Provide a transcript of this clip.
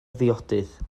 ddiodydd